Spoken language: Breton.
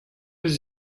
eus